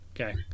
Okay